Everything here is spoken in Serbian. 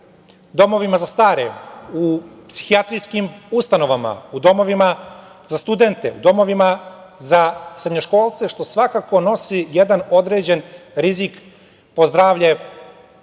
domovima za stare, u psihijatrijskim ustanovama, u domovima za studente, u domovima za srednjoškolce, što svakako nosi jedan određen rizik po zdravlje